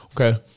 Okay